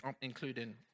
including